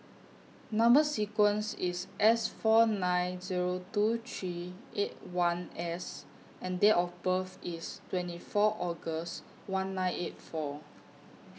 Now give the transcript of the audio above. Number sequence IS S four nine Zero two three eight one S and Date of birth IS twenty four August one nine eight four